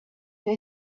they